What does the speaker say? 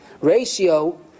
ratio